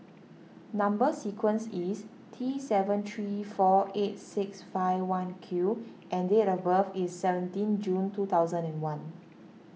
Number Sequence is T seven three four eight six five one Q and date of birth is seventeen June two thousand and one